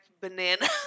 banana